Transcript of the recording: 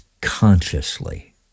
consciously